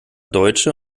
deutsche